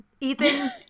Ethan